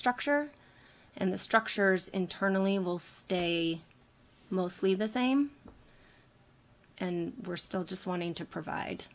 structure and the structures internally will stay mostly the same and we're still just wanting to provide